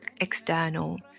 external